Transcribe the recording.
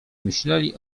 myśleli